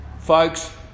folks